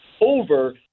over